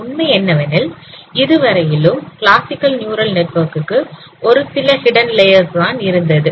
உண்மை என்னவெனில் இதுவரையிலும் கிளாசிக்கல் நியூரல் நெட்வொர்க் க்கு ஒரு சில ஹிடன் லேயர்ஸ் தான் இருந்தது